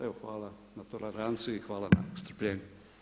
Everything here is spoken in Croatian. Evo hvala na toleranciji, hvala na strpljenju.